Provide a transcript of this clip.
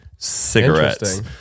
cigarettes